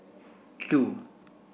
two